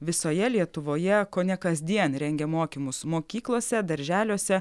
visoje lietuvoje kone kasdien rengia mokymus mokyklose darželiuose